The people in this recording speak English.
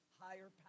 higher